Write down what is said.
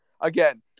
Again